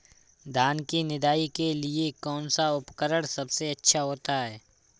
धान की निदाई के लिए कौन सा उपकरण सबसे अच्छा होता है?